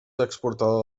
exportador